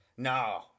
No